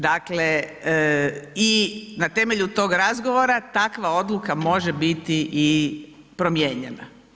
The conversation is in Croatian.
Dakle, i na temelju tog razgovora takva Odluka može biti i promijenjena.